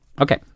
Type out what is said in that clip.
Okay